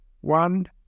One